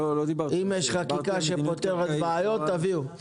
אם יש חקיקה שפותרת בעיות תביאו.